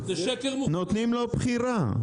נותנים לו בחירה.